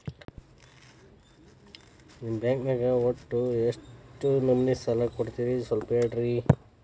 ನಿಮ್ಮ ಬ್ಯಾಂಕ್ ನ್ಯಾಗ ಒಟ್ಟ ಎಷ್ಟು ನಮೂನಿ ಸಾಲ ಕೊಡ್ತೇರಿ ಸ್ವಲ್ಪ ಹೇಳ್ರಿ